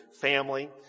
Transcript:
family